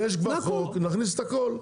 יש בחוק נכניס הכול,